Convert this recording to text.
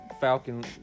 Falcon